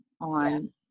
on